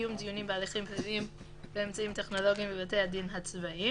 (קיום דיונים בהליכים פליליים באמצעים טכנולוגיים בבתי הדין הצבאיים)